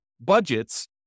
budgets